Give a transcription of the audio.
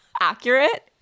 accurate